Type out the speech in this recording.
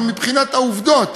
אבל מבחינת העובדות,